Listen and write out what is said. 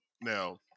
now